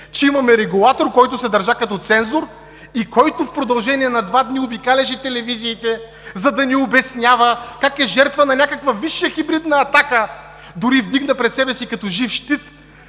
че имаме регулатор, който се държа като цензор, и който в продължение на два дни обикаляше телевизиите, за да ни обяснява как е жертва на някаква висша хибридна атака, дори вдигна пред себе си като жив щит